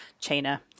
China